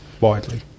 widely